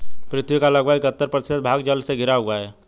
पृथ्वी का लगभग इकहत्तर प्रतिशत भाग जल से घिरा हुआ है